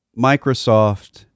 Microsoft